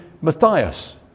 Matthias